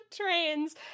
trains